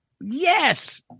Yes